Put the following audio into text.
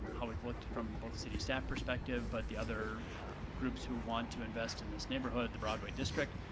how we've looked from both city staff perspective, but the other groups who want to invest in this neighborhood, the broadway district,